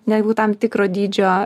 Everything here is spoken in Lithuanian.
netgi tam tikro dydžio